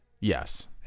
Yes